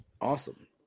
Awesome